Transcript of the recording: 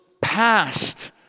past